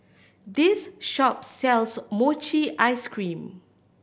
this shop sells mochi ice cream